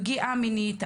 פגיעה מינית,